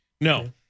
No